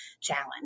challenge